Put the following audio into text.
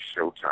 Showtime